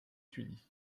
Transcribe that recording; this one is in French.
tunis